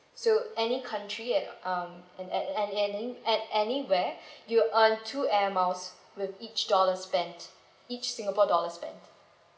so any country at um and at any at anywhere you earn two air miles with each dollar spent each singapore dollars spent